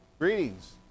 Greetings